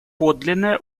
подлинное